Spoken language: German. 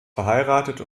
verheiratet